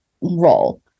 role